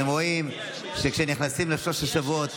אתם רואים שכשנכנסים לשלושת השבועות,